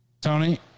Tony